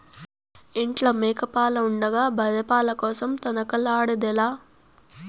ఇంట్ల మేక పాలు ఉండగా బర్రె పాల కోసరం తనకలాడెదవేల